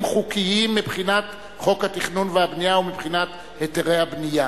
חוקיים מבחינת חוק התכנון והבנייה ומבחינת היתרי הבנייה.